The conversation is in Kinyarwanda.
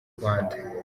rwanda